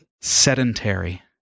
sedentary